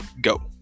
go